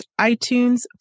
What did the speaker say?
iTunes